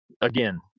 again